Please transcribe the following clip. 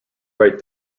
right